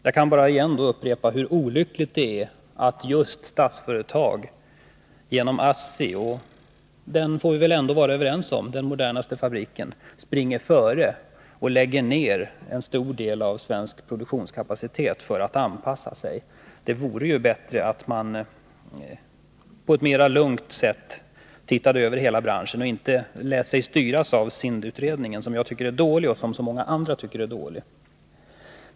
Jag kan då bara upprepa hur olyckligt det är att just Statsföretag genom ASSI, och vi får väl ändå vara överens om att det här rör sig om den modernaste fabriken, springer före och lägger ned en stor del av svensk produktionskapacitet för att anpassa sig. Det vore ju bättre om man på ett lugnare sätt såg över hela branschen och inte lät sig styras av SIND-utredningen som jag och många andra tycker är dålig.